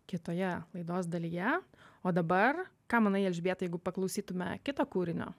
kitoje laidos dalyje o dabar ką manai elžbieta jeigu paklausytume kito kūrinio